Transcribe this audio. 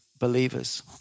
believers